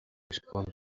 response